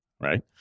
right